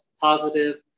positive